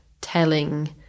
telling